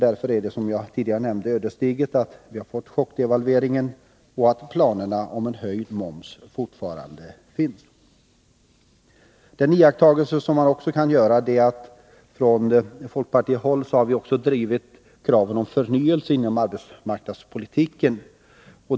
Därför är det, som jag tidigare nämnde, ödesdigert att vi har fått chockdevalveringen och att planerna på en höjd moms fortfarande finns. Den iakttagelse man också kan göra är att vi från folkpartihåll också har drivit kravet på förnyelse inom arbetsmarknadspolitiken.